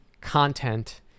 content